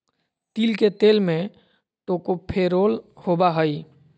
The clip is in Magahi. तिल के तेल में टोकोफेरोल होबा हइ